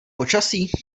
počasí